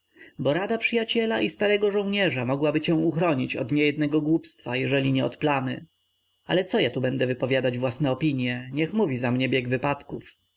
bo rada przyjaciela i starego żołnierza mogłaby cię uchronić od niejednego głupstwa jeżeli nie od plamy ale co ja tu będę wypowiadać własne opinie niech mówi za mnie bieg wypadków